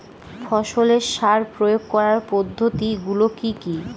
ফসলের সার প্রয়োগ করার পদ্ধতি গুলো কি কি?